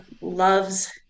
loves